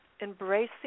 embracing